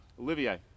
Olivier